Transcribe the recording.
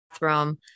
bathroom